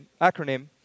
acronym